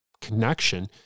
connection